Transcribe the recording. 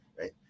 right